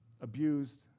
abused